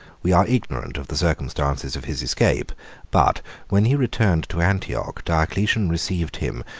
we are ignorant of the circumstances of his escape but when he returned to antioch, diocletian received him,